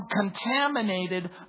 contaminated